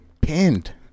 pinned